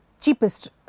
cheapest